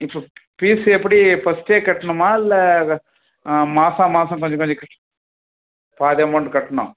இப்போ ஃபீஸ் எப்படி ஃபஸ்ட்டே கட்டணுமா இல்லை மாசாமாசம் கொஞ்ச கொஞ்சம் பாதி அமௌன்ட் கட்டணும்